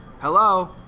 Hello